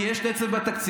מה זה לא ייפגעו?